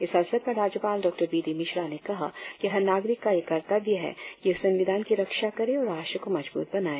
इस अवसर पर राज्यपाल डॉ बी डी मिश्रा ने कहा कि हर नागरिक का यह कर्तव्य है कि वह संविधान की रक्षा करे और राष्ट्र को मजबूत बनाए